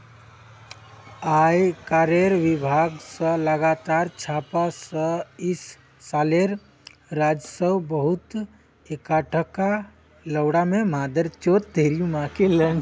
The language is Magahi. आयकरेर विभाग स लगातार छापा स इस सालेर राजस्व बहुत एकटठा हल छोक